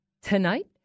tonight